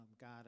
God